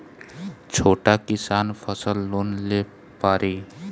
छोटा किसान फसल लोन ले पारी?